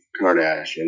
kardashian